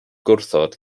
gwrthod